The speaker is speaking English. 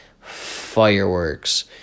fireworks